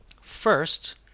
First